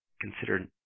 consider